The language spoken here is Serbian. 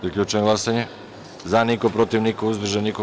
Zaključujem glasanje: za – niko, protiv – niko, uzdržanih – nema.